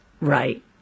right